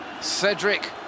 Cedric